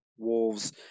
Wolves